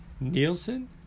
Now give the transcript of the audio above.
Nielsen